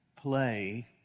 play